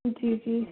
जी जी